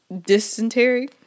Dysentery